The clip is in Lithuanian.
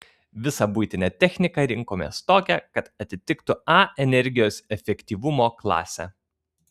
visą buitinę techniką rinkomės tokią kad atitiktų a energijos efektyvumo klasę